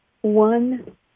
one